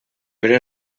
però